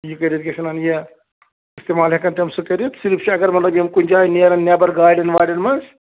یہِ کٔرِتھ کیٛاہ چھِ وَنان یہِ اِستِٮعمال ہٮ۪کن تِم سُہ کٔرِتھ صِرف چھِ اگر مطلب یِم کُنہِ جایہِ نیرن نٮ۪بر گاڑٮ۪ن واڑٮ۪ن منٛز